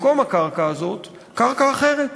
במקום הקרקע הזאת קרקע אחרת,